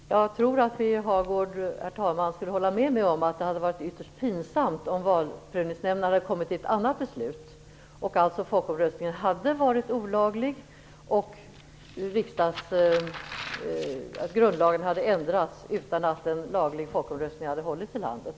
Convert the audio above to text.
Herr talman! Jag tror att Birger Hagård skulle ha hållit med mig om att det hade varit ytterst pinsamt om Valprövningsnämnden hade kommit fram till ett annat beslut, nämligen att folkomröstningen hade varit olaglig. Då hade grundlagen ändrats utan att en laglig folkomröstning hade hållits i landet.